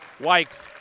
Wikes